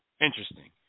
interesting